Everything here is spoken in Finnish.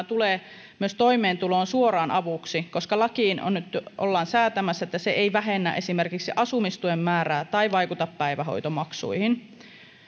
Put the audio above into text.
tulee myös toimeentuloon suoraan avuksi lakiin ollaan nyt säätämässä että se ei vähennä esimerkiksi asumistuen määrää tai vaikuta päivähoitomaksuihin